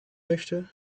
möchte